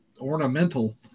ornamental